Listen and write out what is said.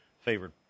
favored